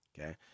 okay